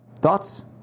Thoughts